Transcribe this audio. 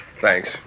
Thanks